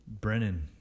Brennan